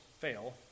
fail